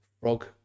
frog